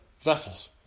vessels